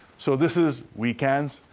so, this is weekends,